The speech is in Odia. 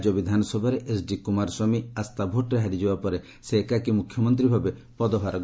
ରାଜ୍ୟ ବିଧାନସଭାରେ ଏଚ୍ଡି କୁମାର ସ୍ୱାମୀ ଆସ୍ଥାଭୋଟ୍ରେ ହାରିଯିବା ପରେ ସେ ଏକାକୀ ମୁଖ୍ୟମନ୍ତ୍ରୀ ଭାବେ ପଦଭାର ଗ୍ରହଣ କରିଥିଲେ